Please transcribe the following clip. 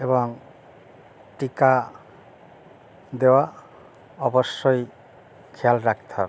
এবং টিকা দেওয়া অবশ্যই খেয়াল রাখতে হবে